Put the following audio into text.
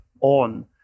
on